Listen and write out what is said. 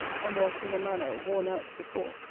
and was, in a manner, worn out before,